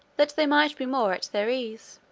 that they might be more at their ease,